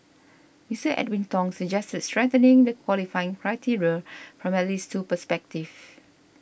Mister Edwin Tong suggested strengthening the qualifying criteria from at least two perspectives